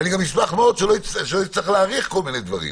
ואני גם אשמח מאוד שלא נצטרך להאריך כל מיני דברים.